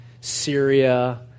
Syria